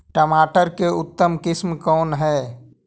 टमाटर के उतम किस्म कौन है?